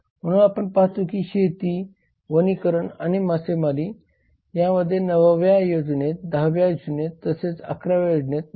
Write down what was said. म्हणून आपण पाहतो की शेती वनीकरण आणि मासेमार यामध्ये नवव्या योजनेत दहाव्या योजनेत तसेच अकराव्या योजनेत 2